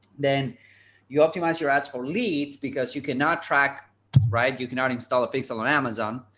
then you optimize your ads for leads, because you cannot track right, you cannot install a pixel on amazon.